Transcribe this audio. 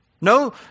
No